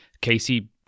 Casey